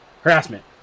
harassment